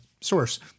source